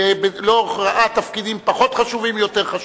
ולא ראה תפקידים פחות חשובים או יותר חשובים.